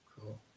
Cool